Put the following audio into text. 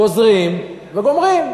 גוזרים וגומרים.